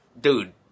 dude